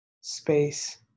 space